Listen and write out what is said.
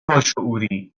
باشعوری